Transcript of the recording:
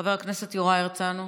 חבר הכנסת יוראי הרצנו.